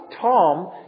Tom